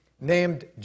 named